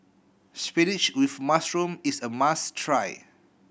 spinach with mushroom is a must try